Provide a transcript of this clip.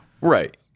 right